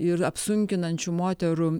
ir apsunkinančių moterų